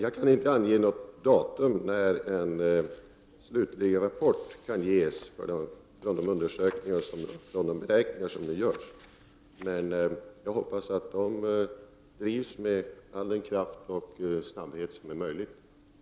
Jag kan inte ange något datum för när en slutlig rapport kan ges från de undersökningar och beräkningar som nu görs. Men jag hoppas att dessa undersökningar drivs med all den kraft och snabbhet som är möjligt.